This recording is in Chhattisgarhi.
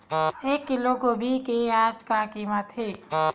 एक किलोग्राम गोभी के आज का कीमत हे?